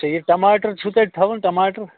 ٹھیٖک ٹماٹر چھو تۄہہِ تھاوُن ٹماٹر